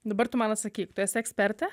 dabar tu man atsakyk tu esi ekspertė